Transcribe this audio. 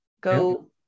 go